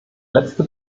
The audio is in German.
letzte